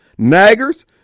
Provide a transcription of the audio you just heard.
naggers